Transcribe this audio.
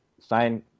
sign